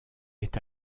est